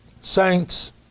Saints